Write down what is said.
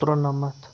ترُنَمَتھ